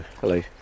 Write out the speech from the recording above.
Hello